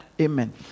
Amen